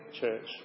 Church